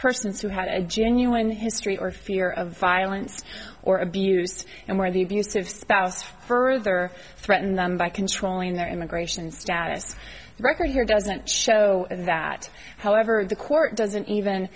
persons who had a genuine history or fear of violence or abuse and where the abusive spouse further threatened them by controlling their immigration status record here doesn't show that however the court doesn't even